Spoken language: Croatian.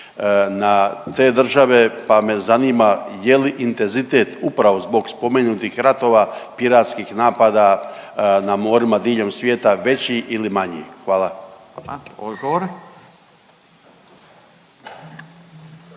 na te države pa me zanima je li intenzitet upravo zbog spomenutih ratova piratskih napada na morima diljem svijeta veći ili manji. Hvala.